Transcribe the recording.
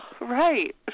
Right